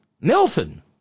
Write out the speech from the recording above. Milton